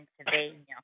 Pennsylvania